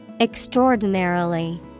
Extraordinarily